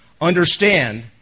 Understand